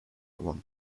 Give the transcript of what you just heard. one